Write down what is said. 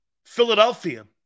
Philadelphia